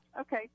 okay